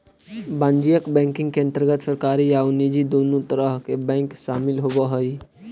वाणिज्यिक बैंकिंग के अंतर्गत सरकारी आउ निजी दुनों तरह के बैंक शामिल होवऽ हइ